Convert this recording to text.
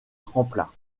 tremplins